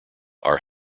are